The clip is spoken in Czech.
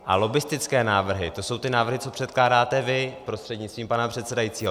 A lobbistické návrhy, to jsou ty návrhy, co předkládáte vy prostřednictvím pana předsedajícího.